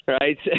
right